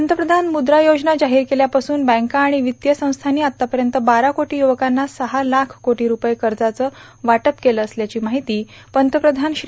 पंतप्रधान मुद्रा योजना जाहीर केल्या पासून बँका आणि वित्तीय संस्थांनी आतापार्यंत बारा कोटी युवकांना सहा लाख कोटी रूपये कर्जाचं वाटप केलं असल्याची माहिती पंतप्रधान श्री